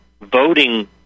voting